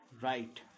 Right